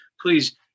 please